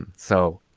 and so